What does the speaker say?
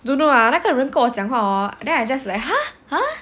don't know ah 那个跟我讲 hor then I just like !huh! !huh!